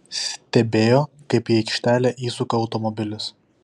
stebėjo kaip į aikštelę įsuka automobilis